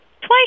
Twice